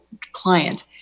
client